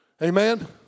Amen